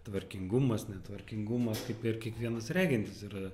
tvarkingumas netvarkingumas kaip ir kiekvienas regintis yra